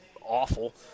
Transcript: awful